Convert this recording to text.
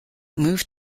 moved